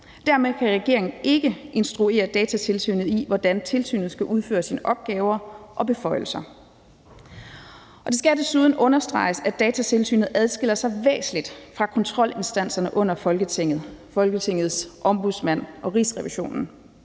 Dermed kan regeringen ikke instruere Datatilsynet i, hvordan tilsynet skal udføre sine opgaver og beføjelser. Det skal desuden understreges, at Datatilsynet adskiller sig væsentligt fra kontrolinstanserne under Folketinget, Folketingets Ombudsmand og Rigsrevisionen,